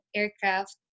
aircraft